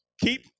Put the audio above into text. Keep